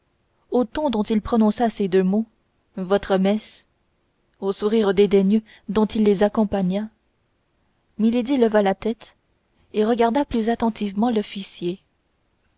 ton dont il prononça ces deux mots votre messe au sourire dédaigneux dont il les accompagna milady leva la tête et regarda plus attentivement l'officier